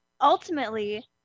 ultimately